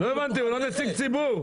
לא הבנתי, הוא לא נציג ציבור?